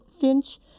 finch